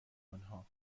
آنها